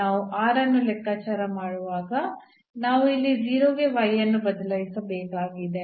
ನಾವು ಅನ್ನು ಲೆಕ್ಕಾಚಾರ ಮಾಡುವಾಗ ನಾವು ಇಲ್ಲಿ 0 ಗೆ y ಅನ್ನು ಬದಲಿಸಬೇಕಾಗಿದೆ